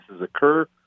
occur